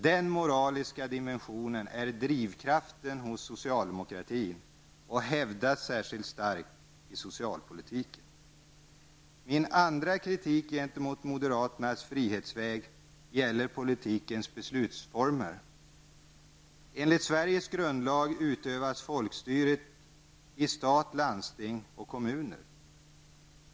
Denna moraliska dimension är drivkraften hos socialdemokratin och hävdas särskilt starkt i socialpolitiken. Min andra kritik gentemot moderaternas frihetsväg gäller politikens beslutsformer. Enligt Sveriges grundlag utövas folkstyret i stat, landsting och kommuner.